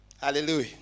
Hallelujah